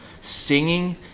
singing